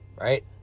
right